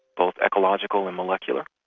both ecological and molecular.